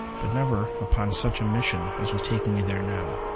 but never upon such a mission as was taking me there now.